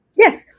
Yes